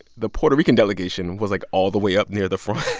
the puerto rican delegation was, like, all the way up near the front.